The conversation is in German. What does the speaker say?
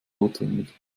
notwendig